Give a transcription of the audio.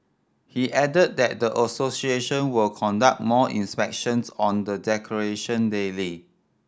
he added that the association will conduct more inspections on the decoration daily